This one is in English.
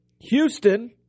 Houston